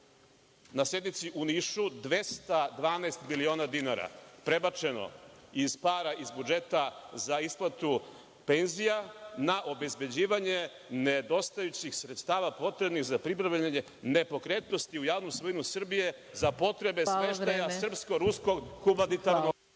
na sednici u Nišu 212 miliona dinara prebačeno iz para od budžeta za isplatu penzija na obezbeđivanje nedostajućih sredstava potrebnih za pribavljanje nepokretnosti u javnu svojinu Srbije za potrebe smeštaja Srpsko-ruskog humanitarnog